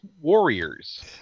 warriors